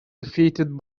defeated